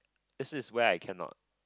this is where I cannot